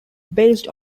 based